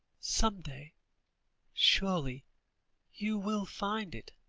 some day surely you will find it?